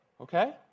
Okay